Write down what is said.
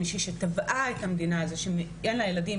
מישהי תבעה את המדינה על כך שאין לה ילדים